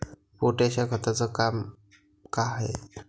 Potash या खताचं काम का हाय?